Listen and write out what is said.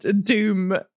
doom